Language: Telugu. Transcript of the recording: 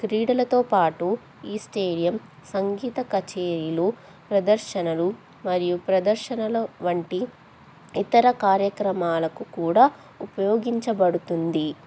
క్రీడలతో పాటు ఈ స్టేడియం సంగీత కచేరీలు ప్రదర్శనలు మరియు ప్రదర్శనల వంటి ఇతర కార్యక్రమాలకు కూడా ఉపయోగించబడుతుంది